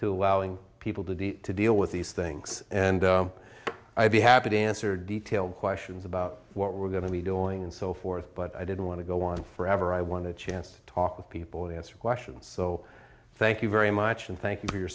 welling people today to deal with these things and i'd be happy to answer detailed questions about what we're going to be doing and so forth but i didn't want to go on forever i want a chance to talk with people answer question so thank you very much and thank you for your